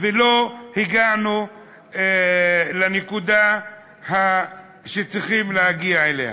ולא הגענו לנקודה שצריכים להגיע אליה.